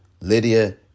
Lydia